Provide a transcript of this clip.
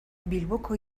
bilboko